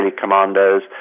commandos